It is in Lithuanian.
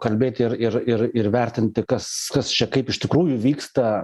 kalbėti ir ir ir ir vertinti kas kas čia kaip iš tikrųjų vyksta